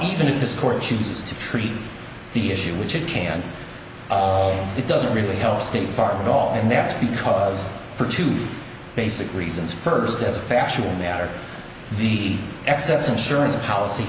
even if this court chooses to treat the issue which it can't it doesn't really help state farm at all and that's because for two basic reasons first as a factual matter the excess insurance policy